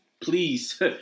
please